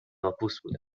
ﺍﺧﺘﺎﭘﻮﺱ